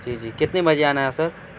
جی جی کتنے بجے آنا ہے سر